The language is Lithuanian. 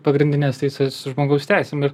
pagrindines teises žmogaus teisėm ir